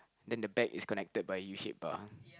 then the back is connected by a U shaped bar